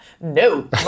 No